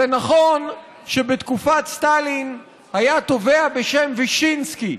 זה נכון שבתקופת סטלין היה תובע בשם וישינסקי,